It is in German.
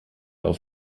auf